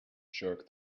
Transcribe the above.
jerk